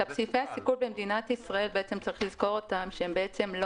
סעיפי הסיכול במדינת ישראל צריך לזכור שהם אולי לא